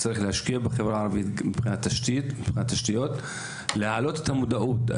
צריך להשקיע בחברה הערבית מבחינת תשתיות ולהעלות את המודעות.